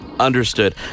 Understood